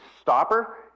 stopper